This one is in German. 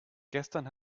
gestern